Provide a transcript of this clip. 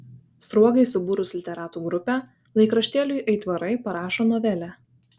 sruogai subūrus literatų grupę laikraštėliui aitvarai parašo novelę